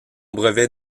brevet